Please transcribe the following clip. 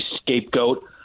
scapegoat